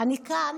אני כאן